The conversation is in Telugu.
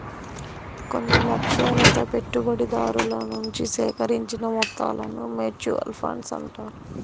కొన్ని లక్ష్యాలతో పెట్టుబడిదారుల నుంచి సేకరించిన మొత్తాలను మ్యూచువల్ ఫండ్స్ అంటారు